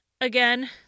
Again